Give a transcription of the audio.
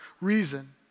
reason